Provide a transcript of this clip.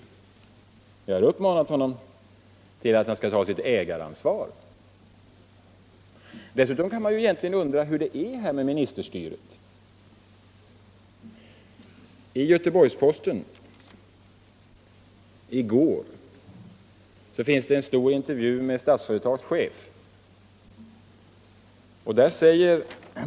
Jag har uppmanat honom att ta sitt ägaransvar. Man kan egentligen undra hur det är med ministerstyret. I Göteborgsposten för i går finns en stor intervju med Statsföretags chef, Per Sköld.